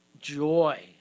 joy